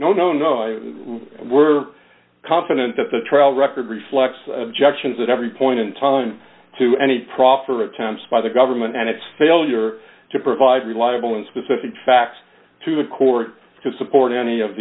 no no no we're confident that the trial record reflects objections at every point in time to any proffer attempts by the government and its failure to provide reliable and specific facts to a court to support any of